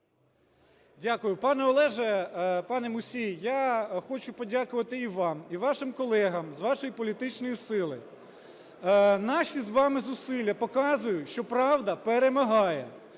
Дякую. Пане Олеже, пане Мусій, я хочу подякувати і вам, і вашим колегам з вашої політичної сили. Наші з вами зусилля показують, що правда перемагає.